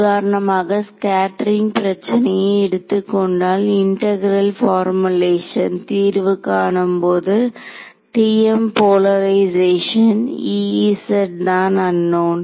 உதாரணமாக ஸ்கேட்டரிங் பிரச்சனையை எடுத்துக்கொண்டால் இன்டெகரால் போர்முலேஷன் தீர்வு காணும்போதுTM போலரைக்ஷேஷன் தான் அன்னோன்